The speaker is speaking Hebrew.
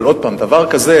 אבל עוד פעם: דבר כזה,